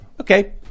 okay